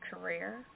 career